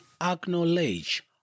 acknowledge